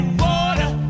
water